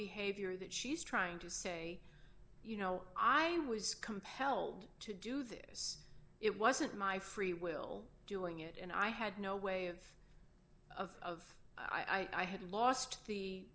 behavior that she's trying to say you know i was compelled to do this it wasn't my freewill doing it and i had no way of of i had lost the